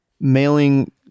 mailing